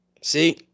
See